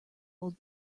old